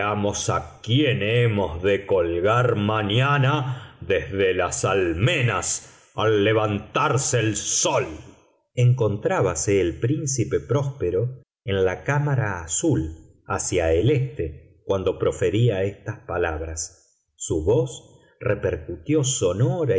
quién hemos de colgar mañana desde las almenas al levantarse el sol encontrábase el príncipe próspero en la cámara azul hacia el este cuando profería estas palabras su voz repercutió sonora